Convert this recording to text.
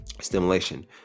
stimulation